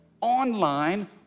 Online